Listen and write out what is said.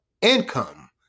income